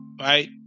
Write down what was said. right